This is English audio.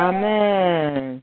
Amen